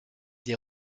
des